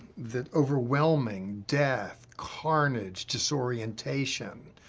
the overwhelming death, carnage, disorientation,